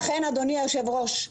לכן אדוני היושב-ראש,